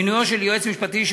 מינויו של יועץ משפטי לקרן,